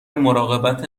مراقبت